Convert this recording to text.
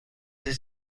هیچ